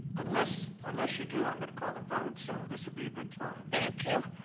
unless unless you do, i'm going to call the vote. so this would be a good time. thank you.